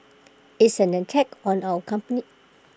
it's an attack on our company